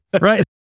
Right